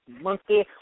monkey